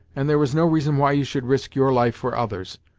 and there is no reason why you should risk your life for others.